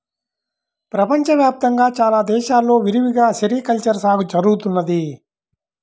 ప్రపంచ వ్యాప్తంగా చాలా దేశాల్లో విరివిగా సెరికల్చర్ సాగు జరుగుతున్నది